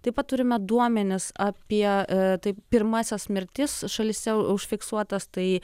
taip pat turime duomenis apie tai pirmąsias mirtis šalyse užfiksuotas tai